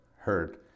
heard